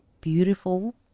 Beautiful